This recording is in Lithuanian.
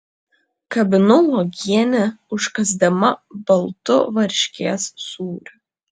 kabinau uogienę užkąsdama baltu varškės sūriu